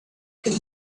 could